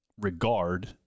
regard